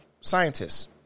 Scientists